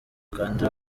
kandi